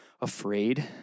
afraid